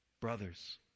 brothers